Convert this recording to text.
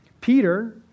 Peter